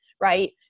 right